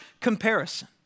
comparison